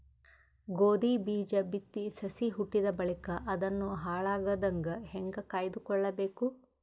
ಗೋಧಿ ಬೀಜ ಬಿತ್ತಿ ಸಸಿ ಹುಟ್ಟಿದ ಬಳಿಕ ಅದನ್ನು ಹಾಳಾಗದಂಗ ಹೇಂಗ ಕಾಯ್ದುಕೊಳಬೇಕು?